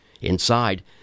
Inside